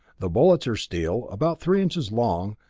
the bullets are steel, about three inches long,